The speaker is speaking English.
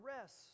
rest